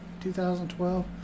2012